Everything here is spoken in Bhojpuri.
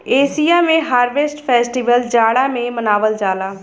एसिया में हार्वेस्ट फेस्टिवल जाड़ा में मनावल जाला